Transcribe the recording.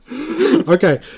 okay